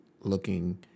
looking